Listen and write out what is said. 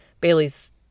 Bailey's